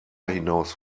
hinaus